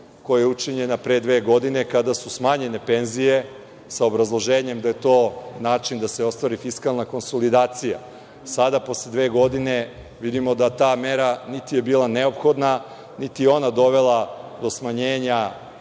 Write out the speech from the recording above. koja je učinjena pre dve godine kada su smanjene penzije sa obrazloženjem da je to način da se ostvari fiskalna konsolidacija. Sada, posle dve godine, vidimo da ta mera niti je bila neophodna, niti je ona dovela do smanjenja